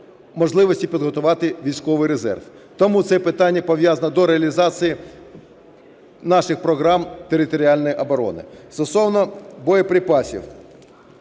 можливості підготувати військовий резерв. Тому це питання пов'язане до реалізації наших програм територіальної оборони. Стосовно боєприпасів,